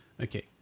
Okay